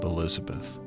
Elizabeth